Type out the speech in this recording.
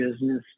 business